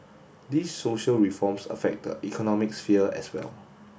these social reforms affect the economic sphere as well